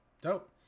Dope